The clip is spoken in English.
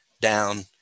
down